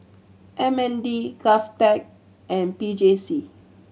M N D GovTech and P J C